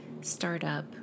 startup